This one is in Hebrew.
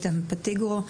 איתן פטיגרו.